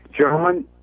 gentlemen